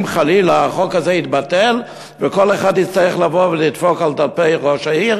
חלילה החוק הזה יתבטל וכל אחד יצטרך לבוא ולדפוק על דלתי ראש העיר,